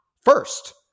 first